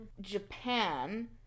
Japan